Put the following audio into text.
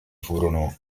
furono